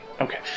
Okay